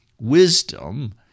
Wisdom